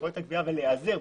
סמכויות הגבייה ולהיעזר,